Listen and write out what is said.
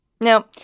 Now